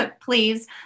please